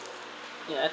ya